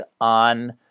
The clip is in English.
on